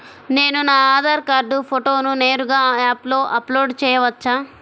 నేను నా ఆధార్ కార్డ్ ఫోటోను నేరుగా యాప్లో అప్లోడ్ చేయవచ్చా?